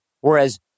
whereas